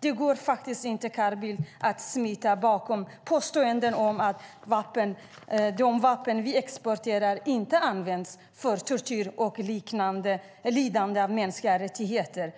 Det går faktiskt inte, Carl Bildt, att smita bakom påståenden om att de vapen vi exporterar inte används för tortyr och liknande mänskligt lidande.